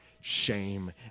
shame